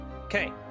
Okay